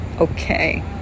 Okay